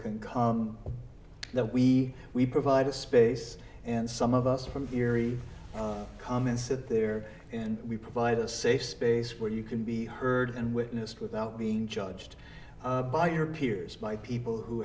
can come that we we provide a space and some of us from theory come and sit there and we provide a safe space where you can be heard and witnessed without being judged by your peers by people who